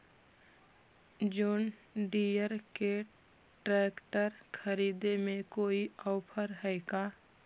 जोन Deere के tractor खरिदे में कोई औफर है का?